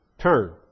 turn